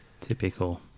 Typical